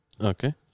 Okay